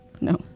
No